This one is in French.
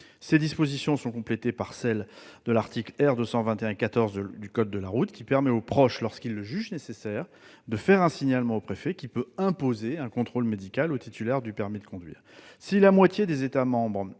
Ces dispositions sont complétées par celles de l'article R. 221-14 du code de la route, qui permet aux proches, lorsque ceux-ci le jugent nécessaire, de faire un signalement au préfet, qui peut alors imposer un contrôle médical au titulaire du permis de conduire. Si la moitié des États membres